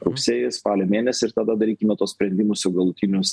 rugsėjį spalio mėnesį ir tada darykime tuos sprendimus jau galutinius